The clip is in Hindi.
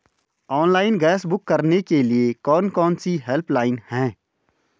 ऑनलाइन गैस बुक करने के लिए कौन कौनसी हेल्पलाइन हैं?